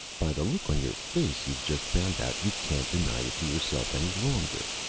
by the look on your face you've just found out you can't deny it to yourself any longer.